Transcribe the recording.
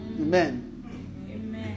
Amen